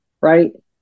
right